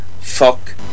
fuck